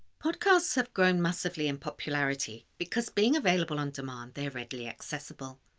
podcasts have grown massively in popularity because being available on-demand they're readily accessible,